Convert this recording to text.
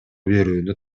берүүнү